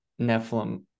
Nephilim